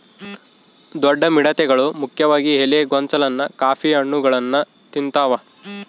ದೊಡ್ಡ ಮಿಡತೆಗಳು ಮುಖ್ಯವಾಗಿ ಎಲೆ ಗೊಂಚಲನ್ನ ಕಾಫಿ ಹಣ್ಣುಗಳನ್ನ ತಿಂತಾವೆ